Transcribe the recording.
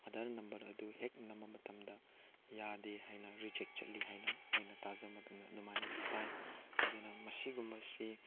Aadhaar number ꯑꯗꯨ ꯍꯦꯛ ꯅꯝꯕ ꯃꯇꯝꯗ ꯌꯥꯗꯦ ꯍꯥꯏꯅ ꯔꯤꯖꯦꯛ ꯆꯠꯂꯤ ꯍꯥꯏꯅ ꯑꯩꯅ ꯇꯥꯖ ꯃꯇꯝꯗ ꯑꯗꯨꯃꯥꯏꯅ ꯇꯥꯏ ꯑꯗꯨꯅ ꯃꯁꯤꯒꯨꯝꯕ ꯑꯁꯤ